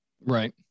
Right